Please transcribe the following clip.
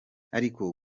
ariko